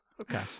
Okay